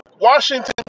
Washington